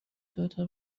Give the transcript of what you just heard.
دوتا